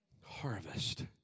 Harvest